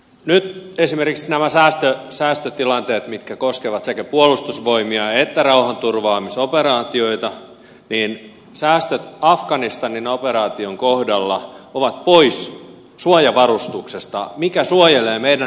nyt esimerkiksi nämä säästöt mitkä koskevat sekä puolustusvoimia että rauhanturvaamisoperaatioita afganistanin operaation kohdalla ovat pois suojavarustuksesta mikä suojelee meidän rauhanturvaajiamme